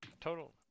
Total